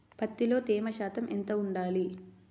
పత్తిలో తేమ శాతం ఎంత ఉండాలి?